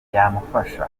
yamufasha